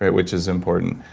but which is important.